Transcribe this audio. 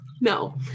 No